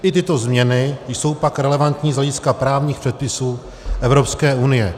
I tyto změny jsou pak relevantní z hlediska právních předpisů Evropské unie.